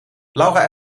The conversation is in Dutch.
laura